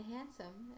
Handsome